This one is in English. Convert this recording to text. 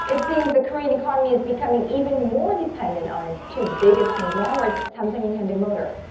it seems the korean economy is becoming even more dependent on its two biggest conglomerates, samsung and hyundai motor.